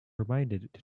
reminded